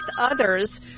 others